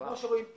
גם חברת